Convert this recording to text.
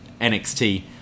NXT